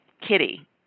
Kitty